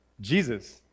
Jesus